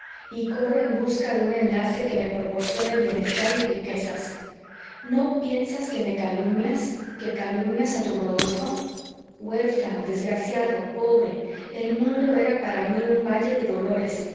y corra en busca de un enlace que me proporcione bienestar y riquezas no piensas que me calumnias que calumnias a tu rodolfo huérfano desgraciado pobre el mundo era para mí un valle de dolores